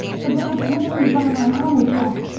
the guy pulling me by my arm would yell,